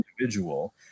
individual